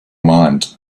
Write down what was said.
mind